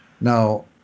Now